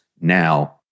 now